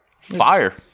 Fire